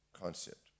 concept